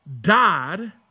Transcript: died